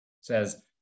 says